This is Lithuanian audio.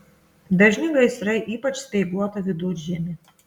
dažni gaisrai ypač speiguotą viduržiemį